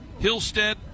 Hillstead